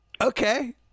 okay